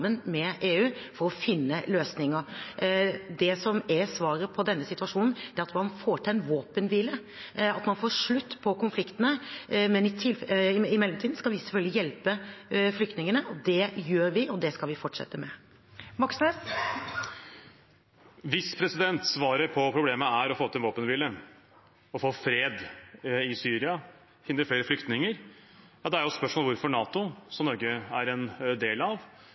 med EU for å finne løsninger. Det som er svaret på denne situasjonen, er at man får til en våpenhvile, og at man får slutt på konfliktene. Men i mellomtiden skal vi selvfølgelig hjelpe flyktningene. Det gjør vi, og det skal vi fortsette med. Bjørnar Moxnes – til oppfølgingsspørsmål. Hvis svaret på problemet er å få til en våpenhvile og få fred i Syria, hindre flere flyktninger, er det jo et spørsmål hvorfor NATO, som Norge er en del av,